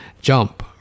jump